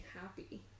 happy